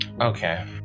Okay